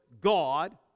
God